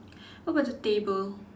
what about the table